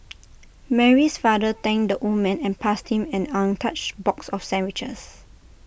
Mary's father thanked the old man and passed him an untouched box of sandwiches